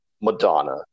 Madonna